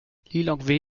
lilongwe